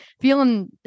feeling